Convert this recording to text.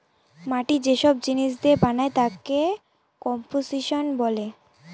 মাটি যে সব জিনিস দিয়ে বানায় তাকে কম্পোসিশন বলে